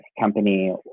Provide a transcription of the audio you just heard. company